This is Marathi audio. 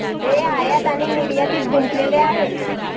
ते आयात आणि निर्यातीत गुंतलेले आहेत